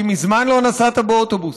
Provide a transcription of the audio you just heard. כי מזמן לא נסעת באוטובוס,